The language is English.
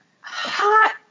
Hot